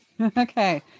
Okay